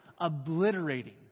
obliterating